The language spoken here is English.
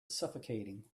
suffocating